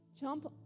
Jump